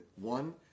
One